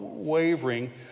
wavering